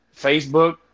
Facebook